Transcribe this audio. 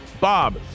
Bob